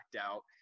out